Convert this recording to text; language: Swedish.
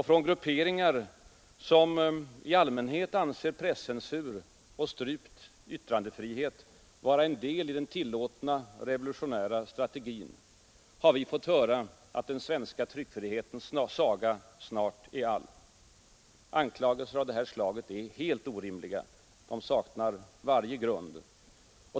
Från grupperingar som i allmänhet anser presscensur och strypt yttrandefrihet vara en del i den tillåtna revolutionära strategin har vi fått höra, att den svenska tryckfrihetens saga snart är all. Anklagelser av det här slaget är helt orimliga. De saknar varje grund.